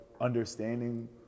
understanding